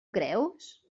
creus